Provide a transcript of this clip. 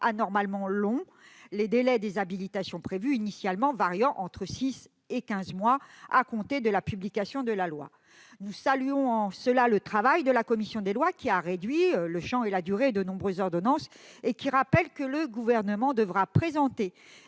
anormalement long, les délais des habilitations prévues initialement variant entre six et quinze mois à compter de la publication de la loi ? Nous saluons, à cet égard, le travail de la commission des lois, qui a réduit le champ et la durée de nombreuses ordonnances et qui a rappelé que le Gouvernement devrait présenter